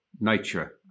nature